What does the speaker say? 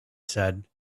said